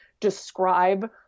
describe